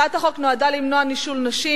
הצעת החוק נועדה למנוע נישול נשים